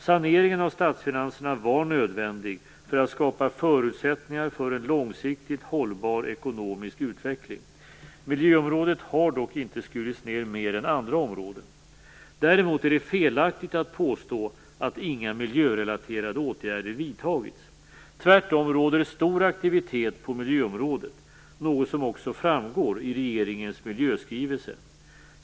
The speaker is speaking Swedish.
Saneringen av statsfinanserna var nödvändig för att skapa förutsättningar för en långsiktigt hållbar ekonomisk utveckling. Miljöområdet har dock inte skurits ned mer än andra områden. Däremot är det felaktigt att påstå att inga miljörelaterade åtgärder vidtagits. Tvärtom råder stor aktivitet på miljöområdet, något som också framgår i regeringens miljöskrivelse.